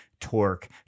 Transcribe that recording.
torque